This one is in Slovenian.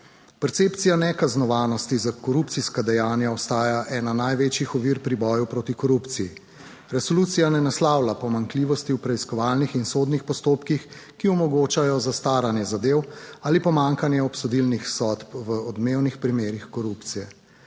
Percepcija nekaznovanosti za korupcijska dejanja ostaja ena največjih ovir pri boju proti korupciji. Resolucija ne naslavlja pomanjkljivosti v preiskovalnih in sodnih postopkih, ki omogočajo zastaranje zadev ali pomanjkanje obsodilnih sodb v odmevnih primerih korupcije.